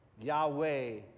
Yahweh